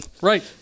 Right